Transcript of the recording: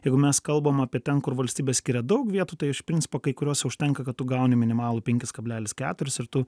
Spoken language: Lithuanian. jeigu mes kalbam apie ten kur valstybė skiria daug vietų tai iš principo kai kurios užtenka kad tu gauni minimalų penkis kablelis keturis ir tu